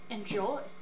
Enjoy